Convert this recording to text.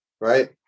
right